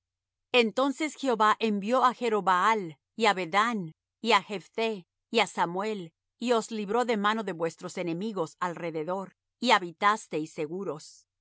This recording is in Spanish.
entonces jehová envió á jero baal y á bedán y á jephté y á samuel y os libró de mano de vuestros enemigos alrededor y habitasteis seguros